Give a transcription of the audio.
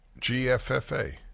GFFA